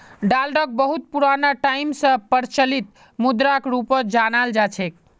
डालरक बहुत पुराना टाइम स प्रचलित मुद्राक रूपत जानाल जा छेक